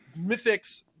Mythics